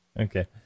Okay